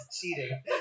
cheating